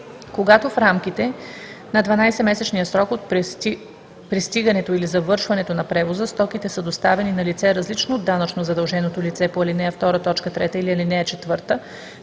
Когато в рамките на 12-месечния срок от пристигането или завършването на превоза стоките са доставени на лице, различно от данъчно задълженото лице по ал. 2, т. 3 или ал. 4,